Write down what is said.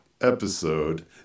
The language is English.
episode